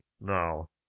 No